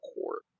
court